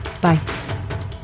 Bye